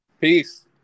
Peace